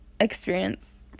experience